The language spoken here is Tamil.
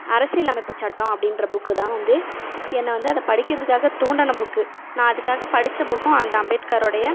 அரசியலமைப்புச் சட்டம் அப்படின்ற புக்கு தான் வந்து என்னை வந்து அதை படிக்கிறதுக்காகத் தூண்டின புக்கு நான் அதுக்காகப் படித்த புக்கும் அந்த அம்பேத்காருடைய